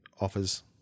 offers